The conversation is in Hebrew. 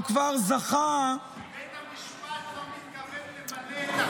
הוא כבר זכה --- בית המשפט לא מתכוון למלא את החוק שלי.